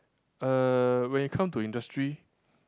uh when it come to industry